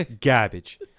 garbage